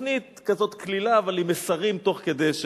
תוכנית כזאת קלילה אבל עם מסרים תוך כדי.